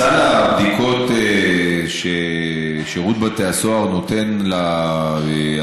את סל הבדיקות ששירות בתי הסוהר נותן לאסירים,